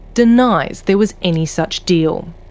denies there was any such deal.